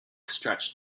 stretch